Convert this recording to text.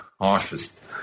harshest